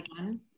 again